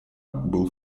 был